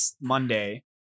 Monday